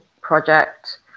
project